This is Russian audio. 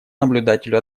наблюдателю